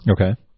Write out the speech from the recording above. Okay